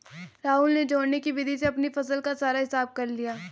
राहुल ने जोड़ने की विधि से अपनी फसल का सारा हिसाब किताब कर लिया